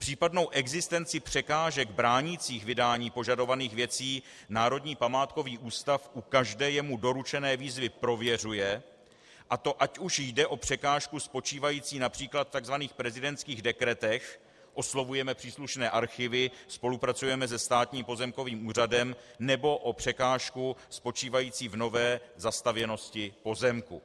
Případnou existenci překážek bránících vydání požadovaných věcí Národní památkový ústav u každé jemu doručené výzvy prověřuje, a to ať už jde o překážku spočívající například v takzvaných prezidentských dekretech oslovujeme příslušné archivy, spolupracujeme se Státním pozemkovým úřadem , nebo o překážku spočívající v nové zastavěnosti pozemku.